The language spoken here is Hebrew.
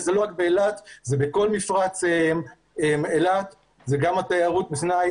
וזה לא רק באילת אלא זה בכל מפרץ אילת וגם תיירות הפנאי.